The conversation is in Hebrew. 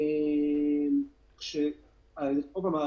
עוד פעם,